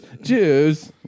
Jews